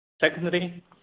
Secondly